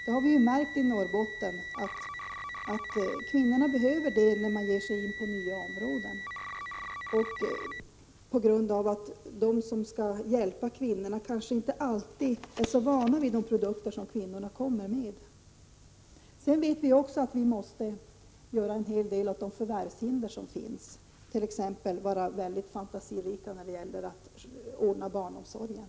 Det har vi märkt i Norrbotten att kvinnorna behöver när de ger sig in på nya områden. De som skall hjälpa kvinnorna är inte alltid så vana vid de produkter kvinnorna kommer med. Vi vet också att vi måste göra en hel del åt de förvärvshinder som finns, t.ex. vara mycket fantasirika när det gäller att ordna barnomsorgen.